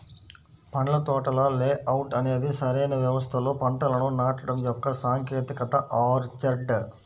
పండ్ల తోటల లేఅవుట్ అనేది సరైన వ్యవస్థలో పంటలను నాటడం యొక్క సాంకేతికత ఆర్చర్డ్